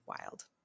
wild